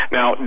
Now